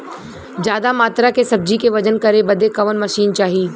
ज्यादा मात्रा के सब्जी के वजन करे बदे कवन मशीन चाही?